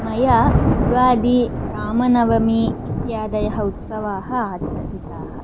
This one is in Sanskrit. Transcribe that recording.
मया युगादि रामनवमी इत्यादयः उत्सवाः आचरिताः